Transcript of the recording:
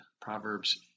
Proverbs